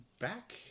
Back